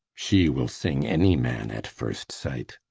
she will sing any man at first sight.